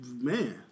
man